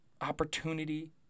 opportunity